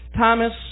Thomas